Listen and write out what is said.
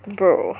bro